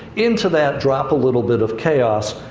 into that drop a little bit of chaos,